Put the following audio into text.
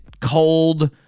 cold